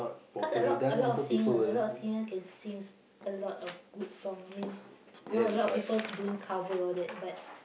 cause a lot a lot of singer a lot of singer can sing a lot of good song I mean know a lot of people doing cover and all that but